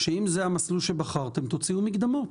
שאם זה המסלול שבחרתם תוציאו מקדמות.